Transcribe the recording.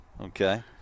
Okay